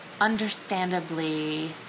understandably